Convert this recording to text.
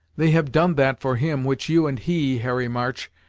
they have done that for him which you and he, harry march,